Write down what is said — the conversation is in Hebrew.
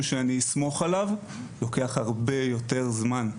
שאני יכול לסמוך עליו לוקח הרבה יותר זמן.